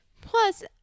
Plus